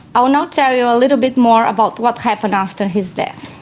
i will now tell you a little bit more about what happened after his death.